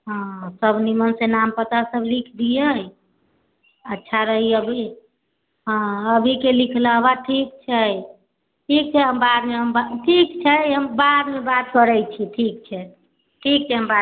हँ सब निमन से नाम पता सब लिख दियै अच्छा रही अभी हँ अभी के लिखलहबा ठीक छै ठीक छै हम बाद मे ठीक छै हम बाद मे बात करै छी ठीक छै ठीक छै हम बाद मे